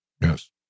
Yes